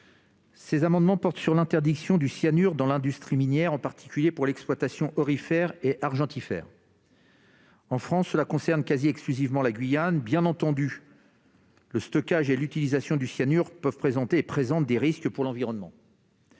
trois amendements. Ceux-ci portent sur l'interdiction du cyanure dans l'industrie minière, en particulier pour l'exploitation aurifère et argentifère. En France, cela concerne quasi exclusivement la Guyane. Le stockage et l'utilisation du cyanure présentent bien entendu des risques pour l'environnement,